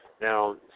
Now